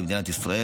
במדינת ישראל.